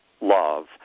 love